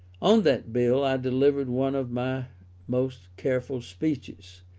on that bill i delivered one of my most careful speeches,